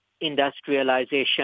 industrialization